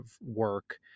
work